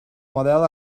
model